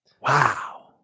Wow